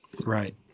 Right